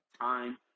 time